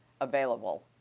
available